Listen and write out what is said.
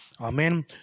Amen